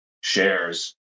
shares